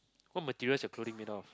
what materials your clothing made of